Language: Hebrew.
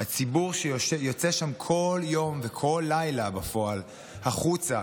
הציבור שיוצא שם כל יום וכל לילה בפועל החוצה